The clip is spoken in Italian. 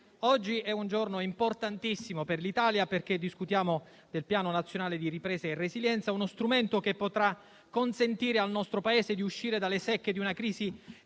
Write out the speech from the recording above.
oggi è un giorno importantissimo per l'Italia perché discutiamo del Piano nazionale di ripresa e resilienza. Si tratta di uno strumento che potrà consentire al nostro Paese di uscire dalle secche di una crisi